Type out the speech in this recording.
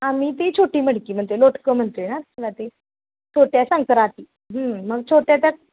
आम्ही ती छोटी मडकी म्हणते लोटकं म्हणते हा त्याला ती छोट्या संक्रांती मग छोट्या त्यात